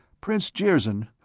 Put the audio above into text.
prince jirzyn,